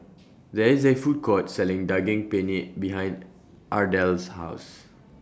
There IS A Food Court Selling Daging Penyet behind Ardelle's House